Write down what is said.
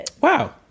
Wow